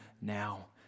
now